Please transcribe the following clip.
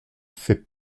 fait